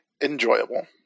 enjoyable